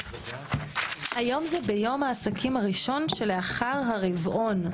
היום זה ביום העסקים הראשון שלאחר הרבעון.